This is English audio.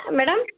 madam